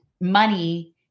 money